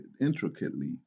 intricately